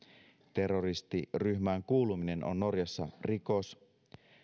terroristiryhmään kuuluminen on norjassa rikos